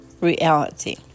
reality